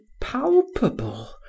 palpable